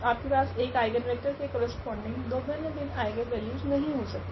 आपके पास एक आइगनवेक्टर के करस्पोंडिंग दो भिन्न भिन्न आइगनवेल्यूस नहीं हो सकती